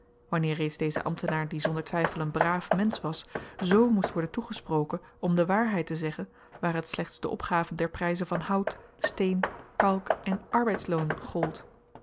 wanneer reeds deze ambtenaar die zonder twyfel een braaf mensch was z moest worden toegesproken om de waarheid te zeggen waar het slechts de opgaven der pryzen van hout steen kalk en arbeidsloon gold